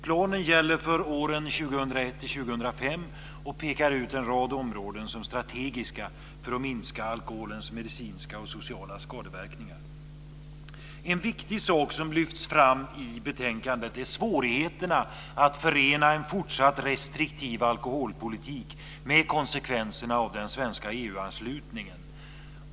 Planen gäller för åren 2001-2005 och pekar ut en rad områden som strategiska för att minska alkoholens medicinska och sociala skadeverkningar. En viktig sak som lyfts fram i betänkandet är svårigheterna att förena en fortsatt restriktiv alkoholpolitik med konsekvenserna av den svenska EU anslutningen.